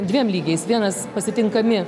dviem lygiais vienas pasitinkami